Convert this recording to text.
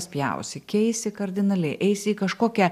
spjausi keisi kardinaliai eisi į kažkokią